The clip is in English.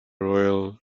royal